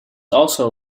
also